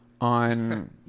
on